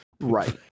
Right